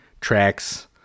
tracks